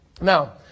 Now